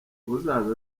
uzaza